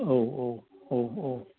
औ औ औ औ